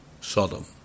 Sodom